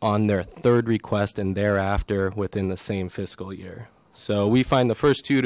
on their third request and thereafter within the same fiscal year so we find the first t